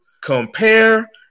compare